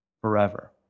Forever